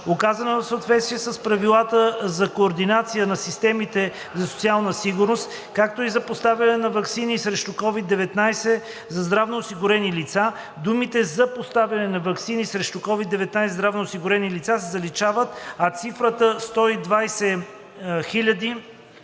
оказана в съответствие с правилата за координация на системите за социална сигурност, както и за поставяне на ваксини срещу COV1D-19 за здравноосигурени лица“ думите „и за поставяне на ваксини срещу COV1D-19 за здравноосигурени лица“ се заличават, а числото 120 000,0